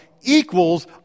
equals